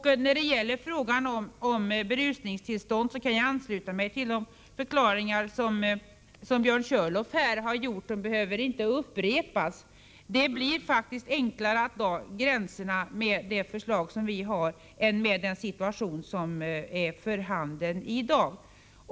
När det gäller frågan om berusningstillstånd kan jag ansluta mig till de förklaringar som Björn Körlof har givit. De behöver inte upprepas. Det blir faktiskt enklare att dra gränserna enligt vårt förslag än det är i den situation som råder i dag.